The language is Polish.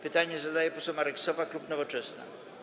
Pytanie zadaje poseł Marek Sowa, klub Nowoczesna.